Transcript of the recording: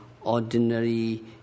ordinary